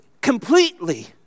Completely